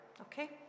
okay